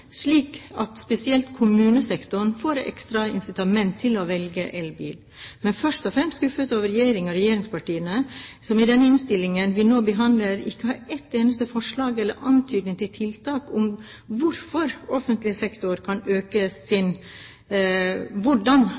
slik at spesielt kommunesektoren får et ekstra incitament til å velge elbil. Men først og fremst er jeg skuffet over regjeringen og regjeringspartiene som i den innstillingen vi nå behandler, ikke kommer med ett eneste forslag eller antydning om tiltak for hvordan den offentlige sektor kan øke sin